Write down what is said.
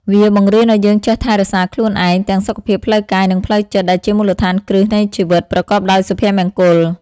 វាបង្រៀនឱ្យយើងចេះថែរក្សាខ្លួនឯង ទាំងសុខភាពផ្លូវកាយនិងផ្លូវចិត្ត ដែលជាមូលដ្ឋានគ្រឹះនៃជីវិតប្រកបដោយសុភមង្គល។